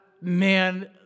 Man